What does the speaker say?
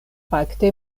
fakte